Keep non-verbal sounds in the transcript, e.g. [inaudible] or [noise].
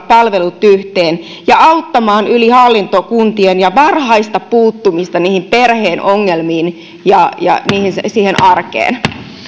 [unintelligible] palvelut yhteen ja auttamaan yli hallintokuntien varhaista puuttumista niihin perheen ongelmiin ja ja siihen arkeen